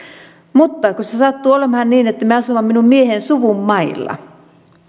mutta kun se se sattuu olemaan niin että me asumme minun mieheni suvun mailla